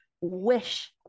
wish